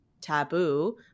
taboo